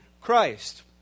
Christ